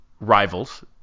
rivals